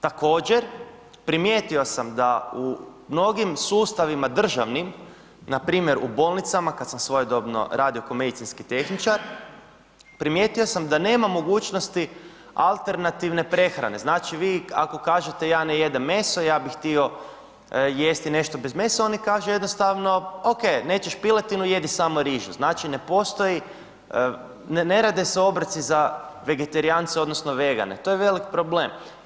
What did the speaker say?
Također, primijetio sam da u mnogim sustavima državnim npr. u bolnicama kad sam svojedobno radio ko medicinski tehničar, primijetio sam da nema mogućnosti alternativne prehrane, znači vi ako kažete ja ne jedem meso ja bi htio jesti nešto bez mesa, oni kažu jednostavno ok nećeš piletinu jedi samo rižu, znači ne postoji ne rade se obroci za vegetarijance odnosno vegane, to je velik problem.